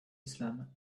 islam